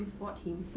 you fought him